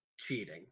cheating